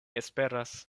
esperas